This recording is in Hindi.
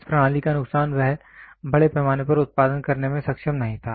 इस प्रणाली का नुकसान वह बड़े पैमाने पर उत्पादन करने में सक्षम नहीं था